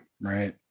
Right